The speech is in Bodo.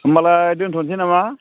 होनबालाय दोनथ'नोसै नामा